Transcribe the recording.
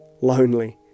lonely